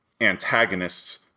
antagonists